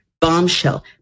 Bombshell